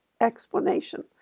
explanation